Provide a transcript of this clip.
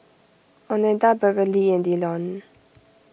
oneida Beverly and Dillon